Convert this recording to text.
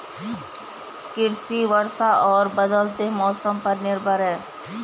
कृषि वर्षा और बदलते मौसम पर निर्भर है